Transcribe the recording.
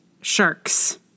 Sharks